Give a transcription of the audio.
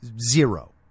zero